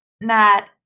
Matt